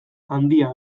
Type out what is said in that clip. handia